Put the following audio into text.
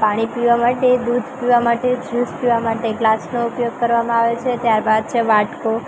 પાણી પીવા માટે દૂધ પીવા માટે જ્યુસ પીવા માટે ગ્લાસનો ઉપયોગ કરવામાં આવે છે ત્યારબાદ છે વાટકો